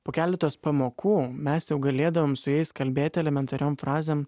po keletos pamokų mes jau galėdavom su jais kalbėti elementariom frazėm